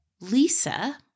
lisa